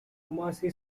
kumasi